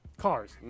cars